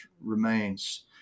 remains